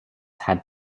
had